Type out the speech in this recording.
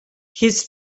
his